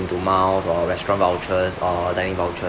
into miles or restaurant vouchers or dining vouchers